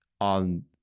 on